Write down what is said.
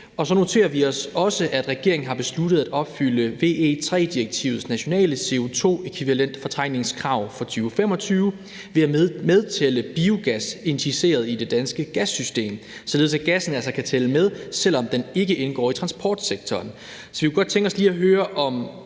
Så noterer vi os også, at regeringen har besluttet at opfylde VE III-direktivets nationale CO2-e-fortrængningskrav for 2025 ved at medtælle biogas injiceret i det danske gassystem, således at gassen altså kan tælle med, selv om den ikke indgår i transportsektoren. Vi kunne godt tænke os lige at høre, om